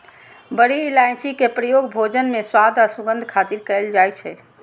बड़ी इलायची के प्रयोग भोजन मे स्वाद आ सुगंध खातिर कैल जाइ छै